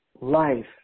life